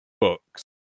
books